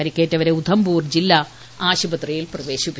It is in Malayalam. പരിക്കേറ്റവരെ ഉധംപൂർ ജില്ലാ ആശുപത്രിയിൽ പ്രവേശിപ്പിച്ചു